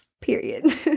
period